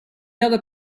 loro